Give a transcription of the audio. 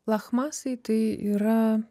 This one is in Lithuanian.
lachmasai tai yra